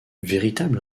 véritable